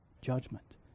judgment